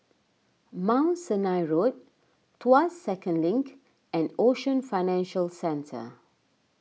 Mount Sinai Road Tuas Second Link and Ocean Financial Centre